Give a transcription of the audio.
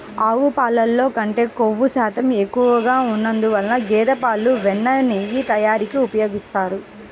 ఆవు పాలల్లో కంటే క్రొవ్వు శాతం ఎక్కువగా ఉన్నందువల్ల గేదె పాలను వెన్న, నెయ్యి తయారీకి ఉపయోగిస్తారు